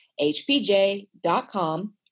hpj.com